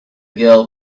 girl